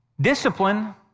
Discipline